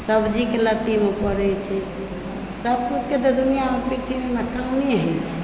सब्जीके लत्तीमे पड़ै छै सबकिछुके तऽ दुनियामे पृथ्वीमे कामे होइत छै